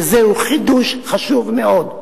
וזהו חידוש חשוב מאוד,